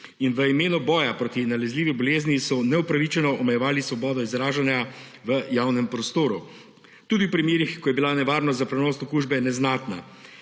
In v imenu boja proti nalezljivi bolezni so neupravičeno omejevali svobodo izražanja v javnem prostoru, tudi v primerih, ko je bila nevarnost za prenos okužbe neznatna.